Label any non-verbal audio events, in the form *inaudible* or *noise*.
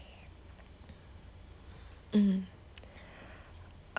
mm *breath*